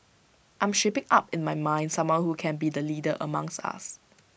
I am shaping up in my mind someone who can be the leader amongst us